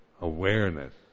awareness